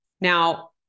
Now